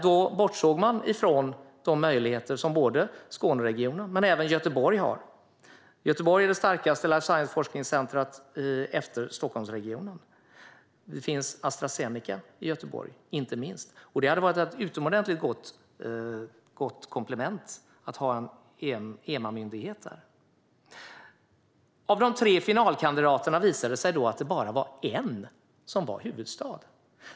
Då bortsåg man från de möjligheter som både Skåneregionen och Göteborg har. Göteborg är det starkaste life science-forskningscentret efter Stockholmsregionen. Där finns inte minst Astra Zeneca, och det hade varit ett utomordentligt gott komplement att ha EMA där. Av de tre finalkandidaterna visade sig bara en vara huvudstad.